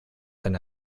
eine